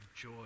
joy